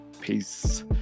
Peace